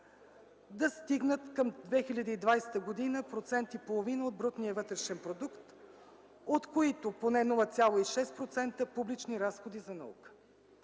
да стигнат към 2020 г. 1,5% от брутния вътрешен продукт, от които поне 0,6% публични разходи за наука.